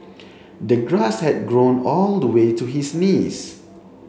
the grass had grown all the way to his knees